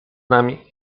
nami